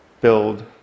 build